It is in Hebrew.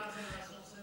את מבינה מה זה לעשות סדק?